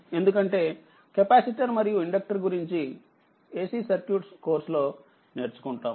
ఎందుకంటే కెపాసిటర్ మరియు ఇండక్టర్ గురించి AC సర్క్యూట్స్ కోర్స్ లో నేర్చుకుంటాము